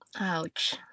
Ouch